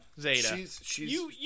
Zeta